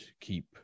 keep